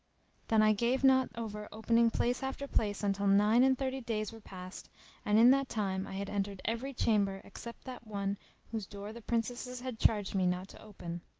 then i gave not over opening place after place until nine and thirty days were passed and in that time i had entered every chamber except that one whose door the princesses had charged me not to open.